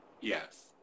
Yes